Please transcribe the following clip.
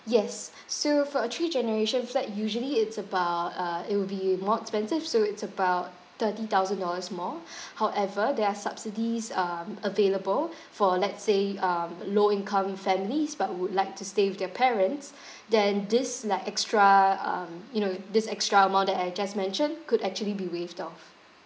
yes so for a three generation flat usually it's about uh it will be more expensive so it's about thirty thousand dollars more however there are subsidies um available for let's say um low income families but would like to stay with their parents then this like extra um you know this extra amount that I just mentioned could actually be waived off